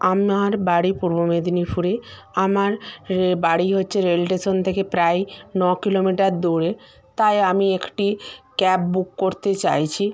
আমার বাড়ি পূর্ব মেদিনীপুরে আমার বাড়ি হচ্ছে রেল স্টেশন থেকে প্রায় ন কিলোমিটার দূরে তাই আমি একটি ক্যাব বুক করতে চাইছি